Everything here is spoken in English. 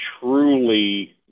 truly